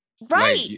right